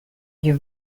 you